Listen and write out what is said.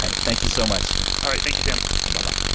ah thank you so much all right. thank you, sam but